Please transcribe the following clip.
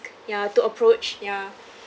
ya to approach ya